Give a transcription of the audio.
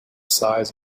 size